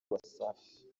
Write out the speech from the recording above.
wasafi